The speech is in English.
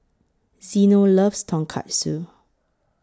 Zeno loves Tonkatsu